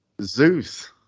Zeus